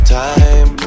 time